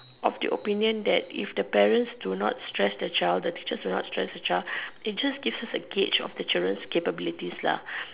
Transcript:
of the opinion that if the parents do not stress the child the teachers do not stress the child it just gives us the gauge of the children capabilities lah